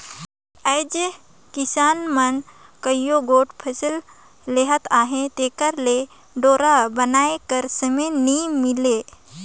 आएज किसान मन कइयो गोट फसिल लेहत अहे तेकर ले डोरा बनाए कर समे नी मिले